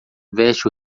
veste